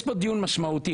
יש פה דיון משמעותי,